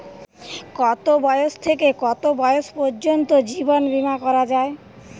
কতো বয়স থেকে কত বয়স পর্যন্ত জীবন বিমা করা যায়?